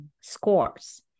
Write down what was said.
scores